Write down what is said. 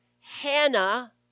Hannah